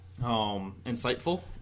insightful